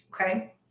okay